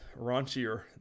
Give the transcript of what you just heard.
raunchier